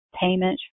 payment